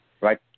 Right